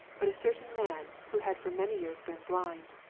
but a certain man, who had for many years been blind',